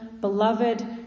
beloved